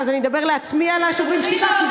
אז אני אדבר לעצמי על "שוברים שתיקה"?